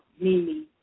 Mimi